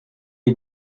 est